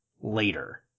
later